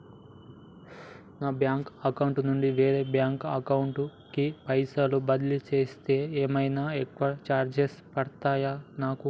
నా bank account నుండి వేరే బ్యాంక్ అకౌంట్ కి పైసల్ బదిలీ చేస్తే ఏమైనా ఎక్కువ చార్జెస్ పడ్తయా నాకు?